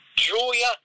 Julia